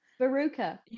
Baruka